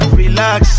relax